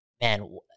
man